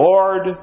Lord